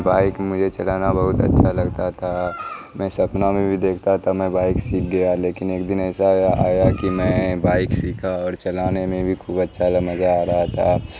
bike مجھے چلانا بہت اچھا لگتا تھا میں سپنا میں بھی دیکھتا تھا میں بائک سیکھ گیا لیکن ایک دن ایسا آیا کہ میں بائک سیکھا اور چلانے میں بھی خوب اچھا مزہ آ رہا تھا